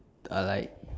ah like